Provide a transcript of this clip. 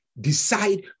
decide